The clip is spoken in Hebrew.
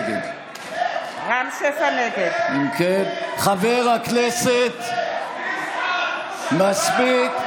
אם כן, חבר הכנסת, מספיק.